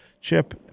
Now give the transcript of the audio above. CHIP